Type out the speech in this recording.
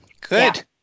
Good